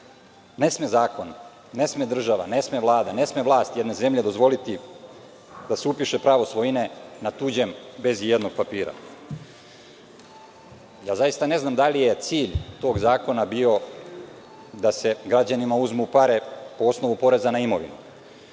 Ne sme zakon, ne sme država, ne sme vlast jedne zemlje dozvoliti da se upiše pravo svojine na tuđem bez i jednog papira. Zaista ne znam da li je cilj tog zakona bio da se građanima uzmu pare po osnovu poreza na imovinu.